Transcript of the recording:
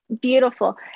beautiful